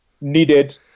needed